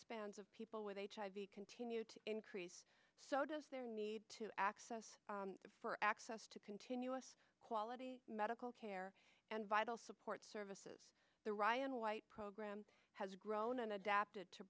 spans of people with hiv continue to increase so does there need to access for access to continuous quality medical care and vital support services the ryan white program has grown and adapted to